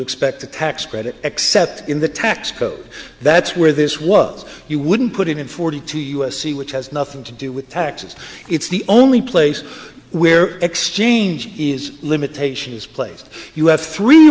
expect a tax credit except in the tax code that's where this was you wouldn't put forty two us c which has nothing to do with taxes it's the only place where exchange is limitations placed you have three